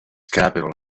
capital